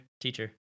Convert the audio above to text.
Teacher